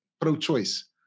pro-choice